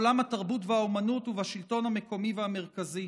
בעולם התרבות והאומנות ובשלטון המקומי והמרכזי.